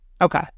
Okay